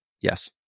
yes